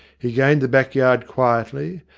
he gained the back yard quietly,